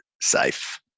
safe